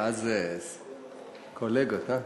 קולגות, הא?